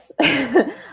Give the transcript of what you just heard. yes